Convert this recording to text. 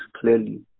clearly